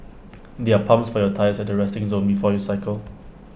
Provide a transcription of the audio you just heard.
there are pumps for your tyres at the resting zone before you cycle